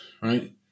right